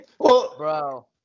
bro